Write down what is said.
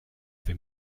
vais